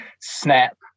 snap